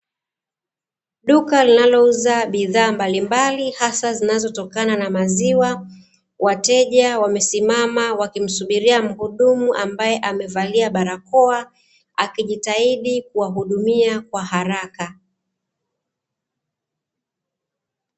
Duka linalouza bidhaa mbalimbali hasa zinazotokana na maziwa, wateja wamesimama wakimsubiria mhudumu ambaye amevalia barakoa, akijitahidi kuwahudumia kwa haraka.